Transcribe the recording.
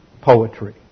poetry